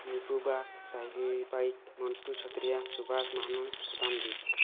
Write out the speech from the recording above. ନିପୁବା ସାଇଲି ବାଇକ୍ ମଣ୍ଟୁ ଛତରିଆ ସୁବାଷ ମହାନନ୍ ସୁଦାମ୍ ଦୀପ୍